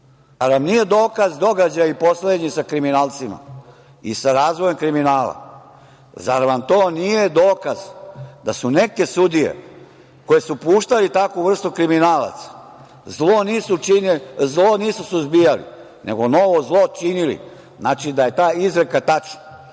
Zar nam nije dokaz događaji poslednji sa kriminalcima i sa razvojem kriminala? Zar vam to nije dokaz da su neke sudije koje su puštali takvu vrstu kriminalaca zlo nisu suzbijali, nego novo zlo činili? Znači da je ta izreka tačna.